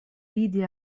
vidi